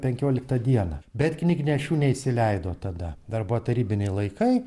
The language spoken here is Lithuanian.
penkioliktą dieną bet knygnešių neįsileido tada dar buvo tarybiniai laikai